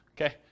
Okay